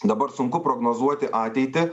dabar sunku prognozuoti ateitį